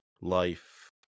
life